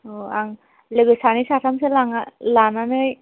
अ आं लोगो सानै साथामसो लानानै